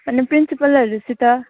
अनि प्रिन्सिपलहरूसित